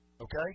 Okay